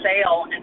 sale